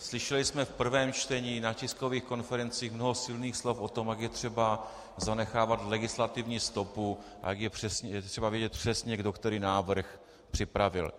Slyšeli jsme v prvém čtení, na tiskových konferencích mnoho silných slov o tom, jak je třeba zanechávat legislativní stopu a jak je třeba vědět přesně, kdo který návrh připravil.